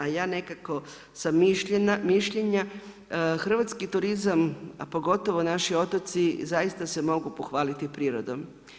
A ja nekako sam mišljenja hrvatski turizam, a pogotovo naši otoci zaista se mogu pohvaliti prirodom.